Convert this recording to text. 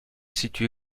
située